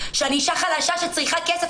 שאני אישה חלשה שצריכה כסף.